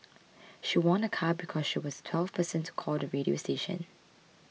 she won a car because she was the twelfth person to call the radio station